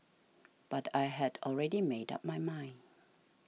but I had already made up my mind